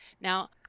Now